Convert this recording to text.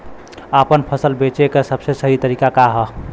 आपन फसल बेचे क सबसे सही तरीका का ह?